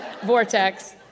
Vortex